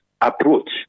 approach